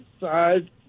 side